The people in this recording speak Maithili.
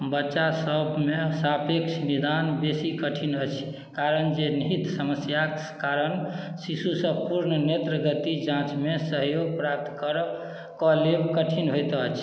बच्चासबमे सापेक्ष निदान बेसी कठिन अछि कारण जे निहित समस्याके कारण शिशुसँ पूर्ण नेत्रगति जाँचमे सहयोग प्राप्त कऽ लेब कठिन होइत अछि